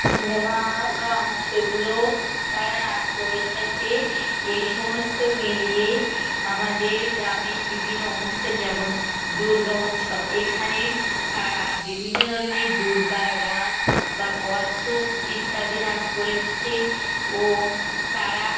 cinema গান সেগুলো তারা নাচ করে থাকে এই সমস্ত মিলিয়েই আমাদের গ্রামীণ বিভিন্ন অনুষ্ঠান যেমন দুর্গা উৎসব এখানে তারা বিভিন্ন ধরনের দুর্গার গান বা কত্থক ইত্যাদি নাচ করে থাকে ও তারা